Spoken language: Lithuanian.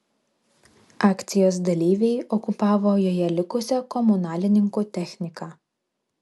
akcijos dalyviai okupavo joje likusią komunalininkų techniką